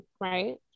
right